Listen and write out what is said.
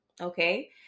okay